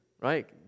right